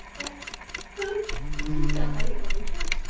that those who die about us,